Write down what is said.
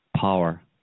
power